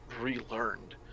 relearned